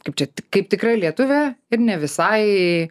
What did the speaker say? kaip čia kaip tikra lietuvė ir ne visai